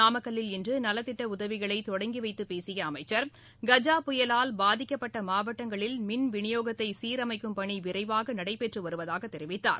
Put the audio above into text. நாமக்கல்லில் இன்று நலத்திட்ட உதவிகளை தொடங்கி வைத்து பேசிய அமைச்சர் கஜா புயலால் பாதிக்கப்பட்ட மாவட்டங்களில் மின்விநியோகத்தை சீரமைக்கும் பணி விரைவாக நடைபெற்று வருவதாக கெரிவிக்கார்